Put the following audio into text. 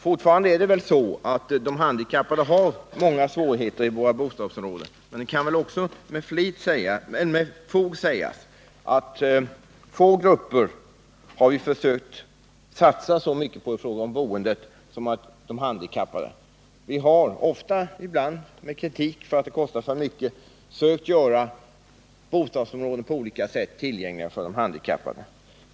Fortfarande har de handikappade många svårigheter i våra bostadsområden, men det kan också med fog sägas att det är få grupper som vi har försökt satsa så mycket på i fråga om boende som de handikappade. Vi får ibland kritik för att det har kostat alltför mycket att göra bostadsområden tillgängliga för de handikappade.